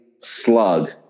slug